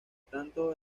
tanto